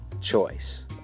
choice